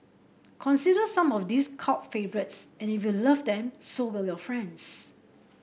consider some of these cult favourites and if you love them so will your friends